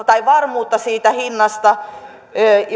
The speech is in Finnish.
tai varmuutta siitä hinnasta